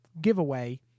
giveaway